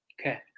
Okay